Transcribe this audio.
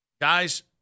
guys